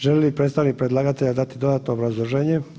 Želi li predstavnik predlagatelja dati dodatno obrazloženje?